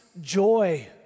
joy